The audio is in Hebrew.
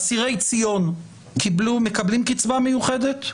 אסירי ציון מקבלים קצבה מיוחדת?